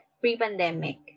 pre-pandemic